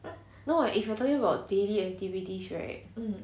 no [what] if you're talking about daily activities right